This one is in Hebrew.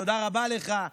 תודה רבה לך.